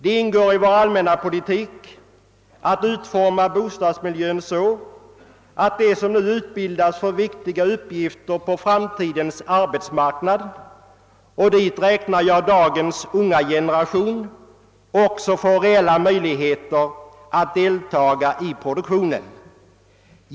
Det ingår i vår allmänna politik att utforma bostadsmiljön så att de som nu utbildas för viktiga uppgifter på framtidens arbetsmarknad — och dit räknar jag dagens unga generation — också får reella möjligheter att deltaga i produktionen.